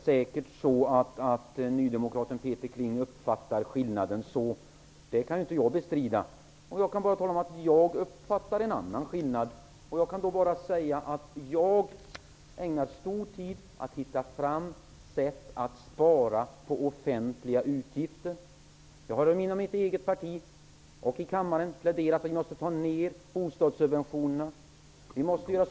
Herr talman! Nydemokraten Peter Kling uppfattar säkert skillnaden så. Det kan jag inte bestrida. Men jag uppfattar en annan skillnad. Jag ägnar stor tid åt att finna fram sätt att spara på offentliga utgifter. Jag har inom mitt eget parti och i kammaren pläderat för att vi måste få ned bostadssubventionerna.